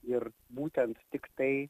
ir būtent tiktai